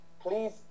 please